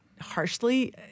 harshly